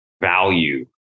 value